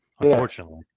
Unfortunately